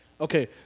Okay